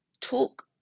talk